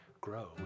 grow